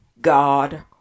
God